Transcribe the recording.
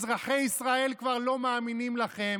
אזרחי ישראל כבר לא מאמינים לכם.